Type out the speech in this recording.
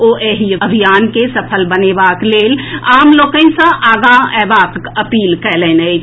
ओ एहि अभियान के सफल बनेबाक लेल आम लोकनि सँ आगां अएबाक अपील कएलनि अछि